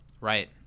Right